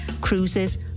cruises